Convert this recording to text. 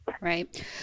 Right